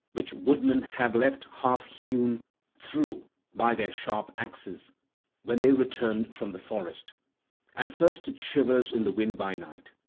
which woodmen have left half hewn through by their sharp axes when they returned from the forest at first it shivers in the wind by night,